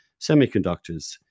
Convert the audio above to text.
semiconductors